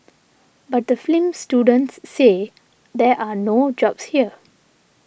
but the film students say there are no jobs here